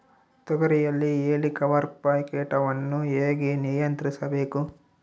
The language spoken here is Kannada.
ತೋಗರಿಯಲ್ಲಿ ಹೇಲಿಕವರ್ಪ ಕೇಟವನ್ನು ಹೇಗೆ ನಿಯಂತ್ರಿಸಬೇಕು?